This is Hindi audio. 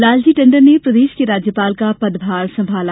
लालजी टंडन ने प्रदेश के राज्यपाल का पदभार संभाला